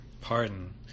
Pardon